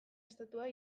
estatua